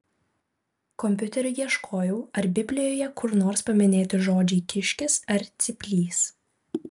kompiuteriu ieškojau ar biblijoje kur nors paminėti žodžiai kiškis ar cyplys